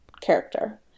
character